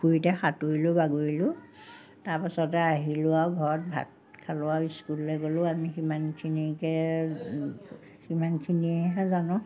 পুখুৰীতে সাঁতুৰিলোঁ বাগৰিলোঁ তাৰপাছতে আহিলোঁ আৰু ঘৰত ভাত খালোঁ আৰু স্কুললৈ গ'লোঁ আমি সিমানখিনিকে সিমানখিনিয়েহে জানো